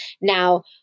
Now